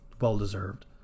well-deserved